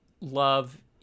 love